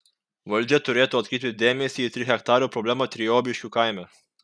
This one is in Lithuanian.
valdžia turėtų atkreipti dėmesį į trihektarių problemą triobiškių kaime